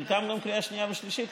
חלקם גם לקריאה שנייה ושלישית,